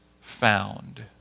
found